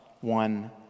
one